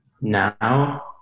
now